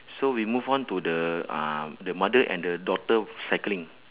so we move on to the uh the mother and the daughter cycling